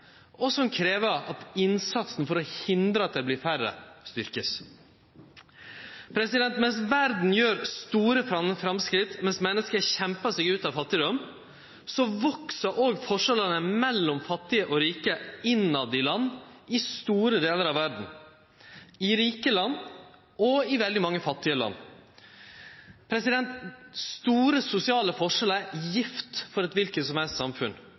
og som krev at innsatsen for å hindre at dei vert færre, vert styrkt. Mens verda gjer store framsteg, mens menneske kjempar seg ut av fattigdom, veks òg forskjellane mellom fattige og rike innetter i land i store delar av verda, i rike land og i veldig mange fattige land. Store sosiale forskjellar er gift for eit kvart samfunn,